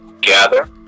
gather